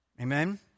Amen